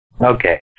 Okay